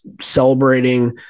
celebrating